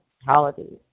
Holidays